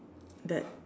that